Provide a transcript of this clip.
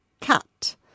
cut